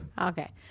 Okay